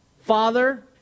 father